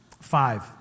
five